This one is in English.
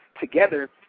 together